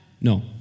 No